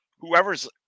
whoever's